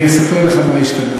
אני אספר לך מה השתנה.